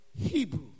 Hebrew